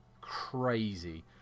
crazy